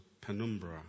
penumbra